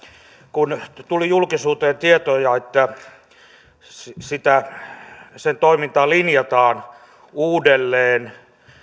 kun tuli julkisuuteen tietoja että sen toimintaa linjataan uudelleen